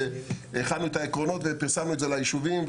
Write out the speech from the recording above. את הכנת העקרונות ופרסומה ליישובים,